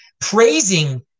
praising